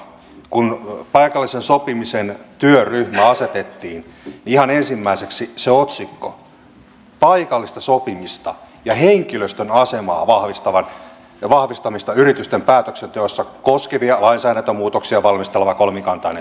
kun paikallisen sopimisen työryhmä asetettiin ihan ensimmäiseksi tuli se otsikko paikallista sopimista ja henkilöstön aseman vahvistamista yritysten päätöksenteossa koskevia lainsäädäntömuutoksia valmisteleva kolmikantainen työryhmä